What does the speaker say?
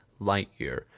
Lightyear